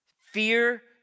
Fear